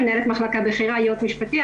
מנהלת מחלקה בכירה ייעוץ משפטי,